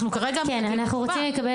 אנחנו כרגע מחכים לתשובה.